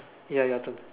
ya your turn